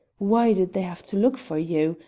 why did they have to look for you?